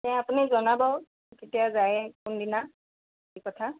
সেই আপুনি জনাব কেতিয়া যায় কোনদিনা কি কথা